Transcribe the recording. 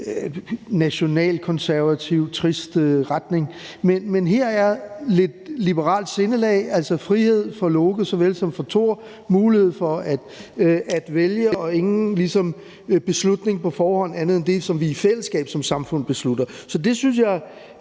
nationalkonservativ, trist retning. Men her er der tale om et liberalt sindelag, altså frihed for Loke såvel som for Thor, mulighed for at vælge, og at der ikke er nogen beslutning på forhånd andet end det, som vi i fællesskab som samfund beslutter. Så det synes jeg